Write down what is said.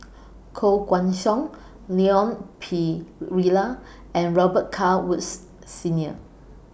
Koh Guan Song Leon Perera and Robet Carr Woods Senior